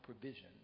provision